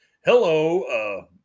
hello